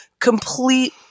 complete